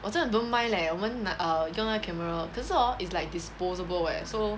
我真的 don't mind leh 我们拿 err 用那个 camera 可是 hor it's like disposable eh so